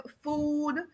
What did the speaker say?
food